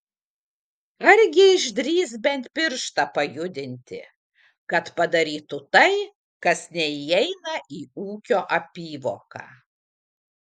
argi išdrįs bent pirštą pajudinti kad padarytų tai kas neįeina į ūkio apyvoką